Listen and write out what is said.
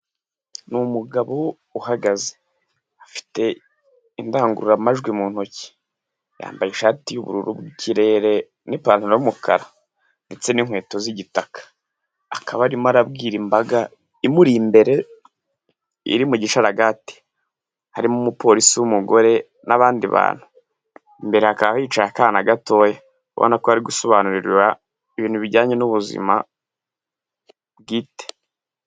Ni umugabo uhagaze afite indangururamajwi mu ntoki yambaye ishati y'ubururu mu kirere n'ipantaro y'umukara ndetse n'inkweto z'igitaka, akaba arimo arabwira imbaga imuri imbere iri mu gisharaga harimo umupolisi w'umugore n'abandi bantu, imbere hakaba hicaye akana gatoya ubona ko ari gusobanurira ibintu bijyanye n'ubuzima bwite.